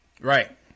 Right